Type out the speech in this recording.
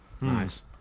Nice